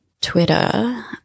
Twitter